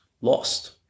lost